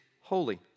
holy